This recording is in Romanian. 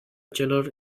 celor